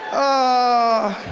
ah